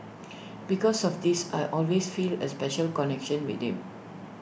because of this I always feel A special connection with him